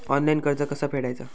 Online कर्ज कसा फेडायचा?